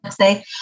say